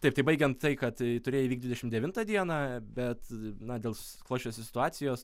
taip tai baigiant tai kad turėjo įvykti dvidešim devintą dieną bet na dėl susiklosčiusios situacijos